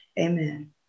Amen